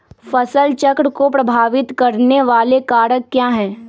फसल चक्र को प्रभावित करने वाले कारक क्या है?